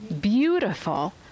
Beautiful